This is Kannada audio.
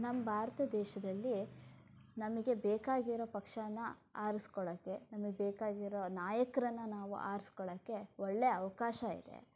ನಮ್ಮ ಭಾರತ ದೇಶದಲ್ಲಿ ನಮಗೆ ಬೇಕಾಗಿರೋ ಪಕ್ಷನ ಆರಿಸ್ಕೊಳ್ಳೋಕೆ ನಮಗ್ಬೇಕಾಗಿರೋ ನಾಯಕರನ್ನು ನಾವು ಆರ್ಸ್ಕೊಳ್ಳೋಕೆ ಒಳ್ಳೆಯ ಅವಕಾಶ ಇದೆ